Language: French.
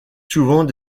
souvent